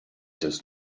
does